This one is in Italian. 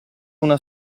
una